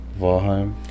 Valheim